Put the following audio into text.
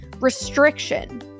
restriction